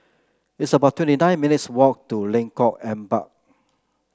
it's about twenty nine minutes' walk to Lengkok Empat